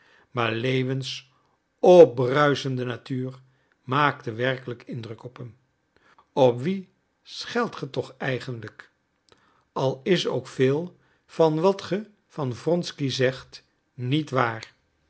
maar lewins opbruisende natuur maakte werkelijk indruk op hem op wien scheldt ge toch eigenlijk al is ook veel van wat ge van wronsky zegt niet waar